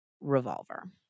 Revolver